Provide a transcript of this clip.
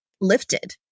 lifted